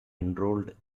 enrolled